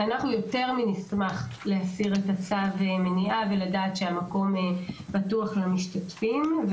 אנחנו יותר מנשמח להסיר את צו המניעה ולדעת שהמקום פתוח למשתתפים.